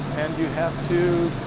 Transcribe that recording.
and you have to